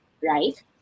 right